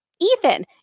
Ethan